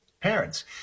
parents